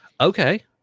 Okay